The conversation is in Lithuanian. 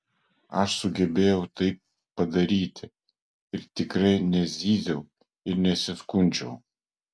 aš sugebėjau tai padaryti ir tikrai nezyziau ir nesiskundžiau